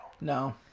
No